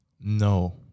No